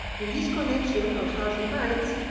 in this connection, al-haj reminds,